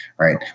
Right